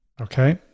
Okay